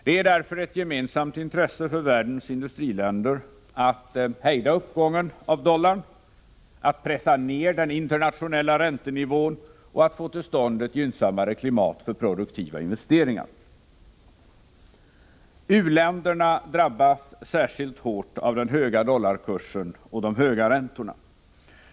Det är därför ett gemensamt intresse för världens industriländer att hejda uppgången av dollarn, att pressa ner den internationella räntenivån och att få till stånd ett gynnsammare klimat för produktiva investeringar. U-länderna drabbas särskilt hårt av den höga dollarkursen och de höga räntorna.